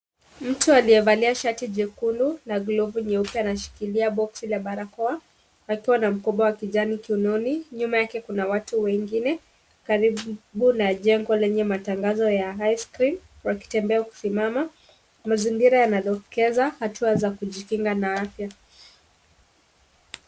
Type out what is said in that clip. Mtu aliyevalia shati jekundu na glovu nyeupe anashikilia boksi la barakoa, akiwa na mkoba wa kijani kiunoni , nyuma yake kuna watu wengine , karibu na jengo lenye matangazo ya Ice Cream wakitembea kusimama mazingira yanadokeza hatua za kujikinga na afya.